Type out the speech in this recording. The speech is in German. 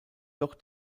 doch